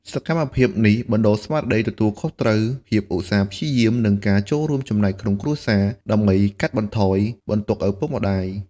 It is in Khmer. សកម្មភាពនេះបណ្ដុះស្មារតីទទួលខុសត្រូវ ភាពឧស្សាហ៍ព្យាយាម និងការចូលរួមចំណែកក្នុងគ្រួសារ ដើម្បីកាត់បន្ថយបន្ទុកឪពុកម្ដាយ។